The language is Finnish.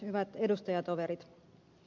hyvät edustajatoverit